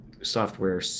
software